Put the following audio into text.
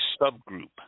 subgroup